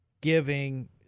giving